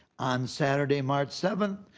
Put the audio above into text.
on saturday, march seventh,